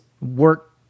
work